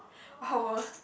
our